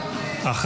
את